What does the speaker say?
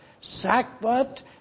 sackbut